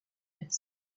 news